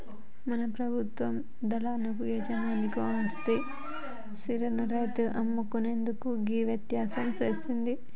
మన ప్రభుత్వ దళారి యవస్థను తీసిసి రైతులు అమ్ముకునేందుకు గీ వ్యవస్థను సేసింది